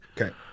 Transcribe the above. Okay